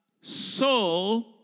soul